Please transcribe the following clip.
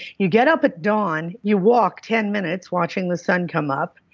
you get up at dawn, you walk ten minutes watching the sun come up,